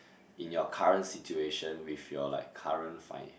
in your current situation with like your current fine